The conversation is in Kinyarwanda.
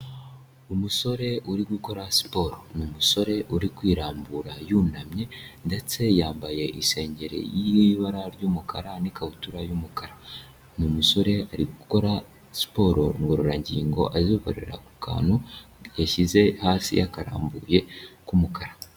Umusore uri gukora siporo ni umusore uri kwirambura yunamye ndetse yambaye isengere y'ibara ry'umukara n'ikabutura y'umukara ni umusore ari gukora siporo ngororangingo azokorera ku kantu yashyize hasi akarambuye k'umukara.